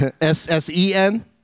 S-S-E-N